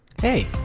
Hey